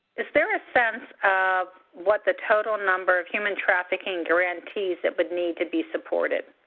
is there a sense of what the total number of human trafficking grantees that would need to be supported?